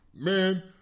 Man